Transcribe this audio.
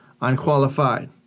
unqualified